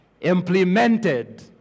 implemented